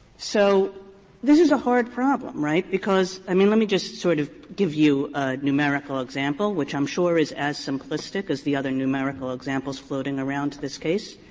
so this is a hard problem, right? because i mean, let me just sort of give you a numerical example, which i'm sure is as simplistic as the other numerical examples floating around this case.